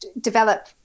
develop